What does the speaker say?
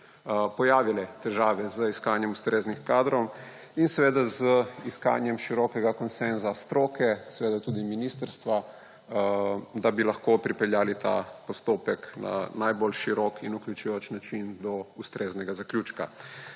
pojavile težave z iskanjem ustreznih kadrov; in seveda z iskanjem širokega konsenza stroke, seveda tudi ministrstva, da bi lahko pripeljali ta postopek na najbolj širok in vključujoč način do ustreznega zaključka.